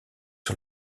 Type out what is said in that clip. sur